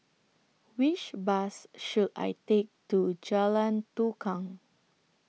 Which Bus should I Take to Jalan Tukang